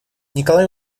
николай